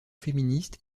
féministe